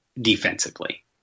defensively